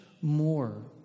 more